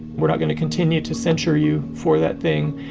we're not going to continue to censure you for that thing.